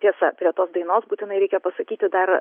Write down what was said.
tiesa prie tos dainos būtinai reikia pasakyti dar